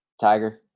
tiger